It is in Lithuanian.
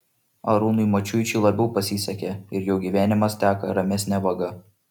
arūnui mačiuičiui labiau pasisekė ir jo gyvenimas teka ramesne vaga